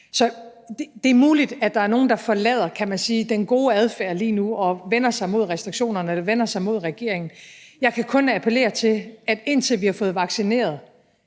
Så det er muligt, at der er nogle, der forlader den gode adfærd lige nu og vender sig mod restriktionerne og regeringen, men jeg kan kun appellere og sige, at indtil vi har fået vaccineret